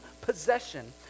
possession